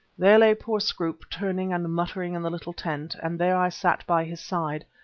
there lay poor scroope turning and muttering in the little tent, and there i sat by his side,